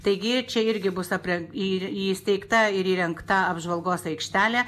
taigi čia irgi bus apren į įsteigta ir įrengta apžvalgos aikštelė